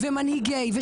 מנהיגי,